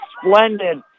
splendid